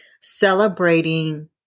celebrating